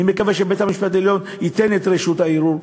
אני מקווה שבית-המשפט העליון ייתן את רשות הערעור,